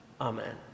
Amen